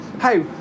hey